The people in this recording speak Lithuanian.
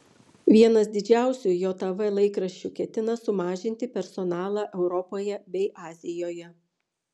vienas didžiausių jav laikraščių ketina mažinti personalą europoje bei azijoje